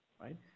Right